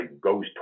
goes